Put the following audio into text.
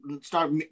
start